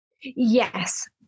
yes